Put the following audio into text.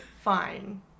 fine